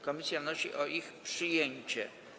Komisja wnosi o ich przyjęcie.